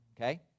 okay